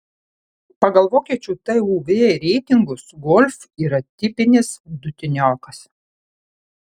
pagal vokiečių tuv reitingus golf yra tipinis vidutiniokas